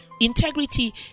Integrity